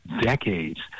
decades